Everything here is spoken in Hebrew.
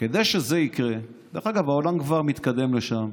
כדי שזה יקרה, דרך אגב, העולם כבר מתקדם לשם.